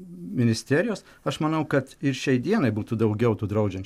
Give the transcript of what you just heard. ministerijos aš manau kad ir šiai dienai būtų daugiau tų draudžianč